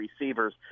receivers